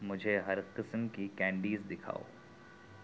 مجھے ہر قسم کی کینڈیز دکھاؤ